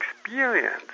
experience